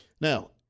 now